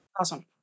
Awesome